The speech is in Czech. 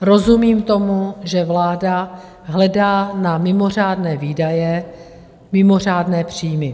Rozumím tomu, že vláda hledá na mimořádné výdaje mimořádné příjmy.